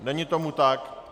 Není tomu tak.